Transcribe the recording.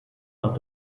nach